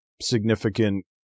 significant